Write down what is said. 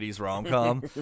rom-com